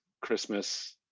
Christmas